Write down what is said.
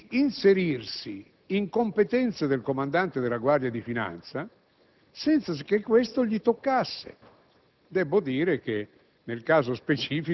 perché ha cercato di inserirsi, in competenze del comandante della Guardia di finanza, senza che questo gli toccasse.